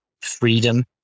freedom